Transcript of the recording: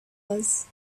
was